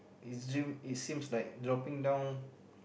is dream it seems like dropping down